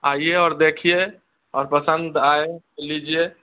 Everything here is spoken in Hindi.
आईए और देखिए और पसंद आए तो लीजिए